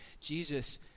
Jesus